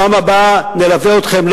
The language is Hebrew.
בפעם הבאה נלווה אתכם,